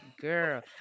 Girl